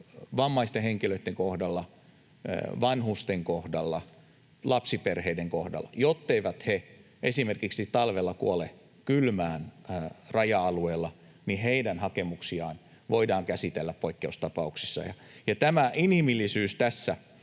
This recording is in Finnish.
vammaisten henkilöitten kohdalla, vanhusten kohdalla, lapsiperheiden kohdalla, jotteivät he esimerkiksi talvella kuole kylmään raja-alueella, heidän hakemuksiaan voidaan käsitellä poikkeustapauksissa. Tämä inhimillisyys tässä